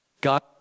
God